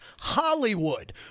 Hollywood